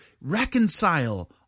reconcile